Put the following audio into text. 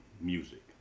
music